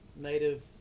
native